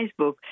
Facebook